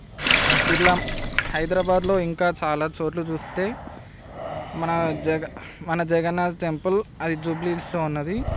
బిర్లాం హైదరాబాద్లో ఇంకా చాలా చోట్ల చూస్తే మన జగ మన జగన్నాథ్ టెంపుల్ జూబ్లీ హిల్స్లో ఉన్నది